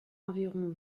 environ